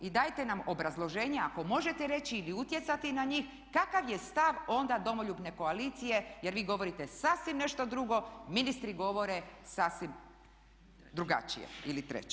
Dajte nam obrazloženje ako možete reći ili utjecati na njih kakav je stav onda Domoljubne koalicije jer vi govorite sasvim nešto drugo, ministri govore sasvim drugačije ili treće.